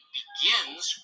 begins